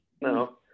no